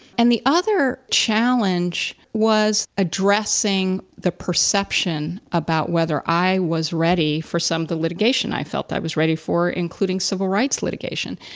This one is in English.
and the other challenge was addressing the perception about whether i was ready for some of the litigation, i felt i was ready for including civil rights litigation.